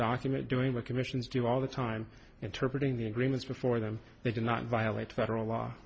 document doing the commissions do all the time interpret in the agreements before them they do not violate federal law